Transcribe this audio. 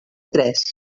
tres